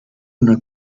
una